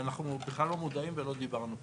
אנחנו בכלל לא מודעים ולא דיברנו פה.